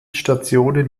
stationen